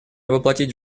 воплотить